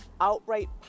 outright